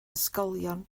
ysgolion